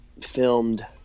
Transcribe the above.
filmed